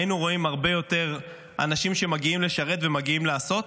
היינו רואים הרבה יותר אנשים שמגיעים לשרת ומגיעים לעשות.